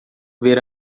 ver